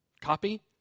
Copy